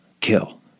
kill